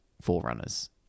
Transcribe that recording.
forerunners